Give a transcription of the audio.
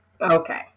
Okay